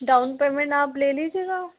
down payment आप ले लीजिएगा